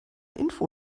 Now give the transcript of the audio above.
info